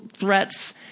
threats